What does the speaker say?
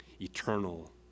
Eternal